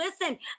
listen